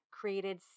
created